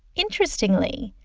interestingly,